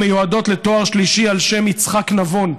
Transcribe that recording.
המיועדות לתואר שלישי הן על שם יצחק נבון,